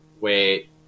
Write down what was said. wait